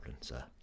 sir